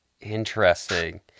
Interesting